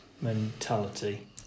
mentality